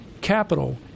capital